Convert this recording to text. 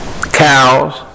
cows